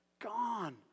gone